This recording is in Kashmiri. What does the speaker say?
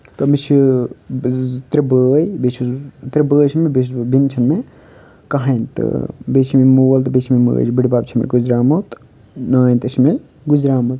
تہٕ مےٚ چھِ زٕ ترٛےٚ بٲے بیٚیہِ چھُس بہٕ ترٛےٚ بٲے چھِ مےٚ بیٚیہِ چھُس بہٕ بیٚنہِ چھِنہٕ مےٚ کٕہۭنۍ تہٕ بیٚیہِ چھِ مےٚ مول تہٕ بیٚیہِ چھِ مےٚ مٲج بٔڈِ بَب چھِ مےٚ گُزریٛامُت نانۍ تہِ چھِ مےٚ گُزریٛامُت